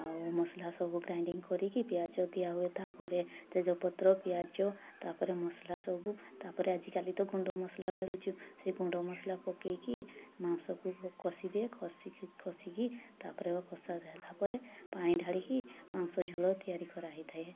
ଆଉ ମସଲା ସବୁ ଗ୍ରାଇଣ୍ଡିଙ୍ଗ କରିକି ପିଆଜ ଦିଆ ହୁଏ ତା'ପରେ ତେଜପତ୍ର ପିଆଜ ତା'ପରେ ମସଲା ସବୁ ତା'ପରେ ଆଜି କାଲିତ ଗୁଣ୍ଡ ମସଲା ମିଳୁଛି ସେ ଗୁଣ୍ଡ ମସଲା ପକେଇକି ମାଂସକୁ କଷି ଦିଏ କଷିକି କଷିକି ତା'ପରେ କଷାଯାଏ ତା'ପରେ ପାଣି ଢାଳିକି ମାଂସ ଝୋଳ ତିଆରି କରା ହୋଇଥାଏ